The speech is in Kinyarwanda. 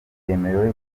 yemerewe